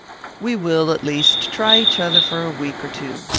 we will, at least, try each other for a week or two.